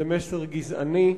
זה מסר גזעני,